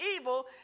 evil